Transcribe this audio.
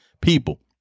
people